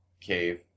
cave